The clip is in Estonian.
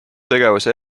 tegevuse